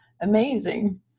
amazing